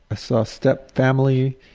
ah saw stepfamily.